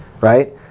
right